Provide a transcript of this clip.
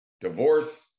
divorce